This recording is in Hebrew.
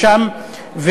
שם,